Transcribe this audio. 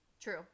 true